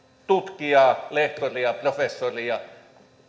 tutkijaa lehtoria professoria